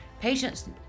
Patients